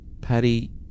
Patty